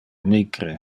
micre